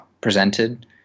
presented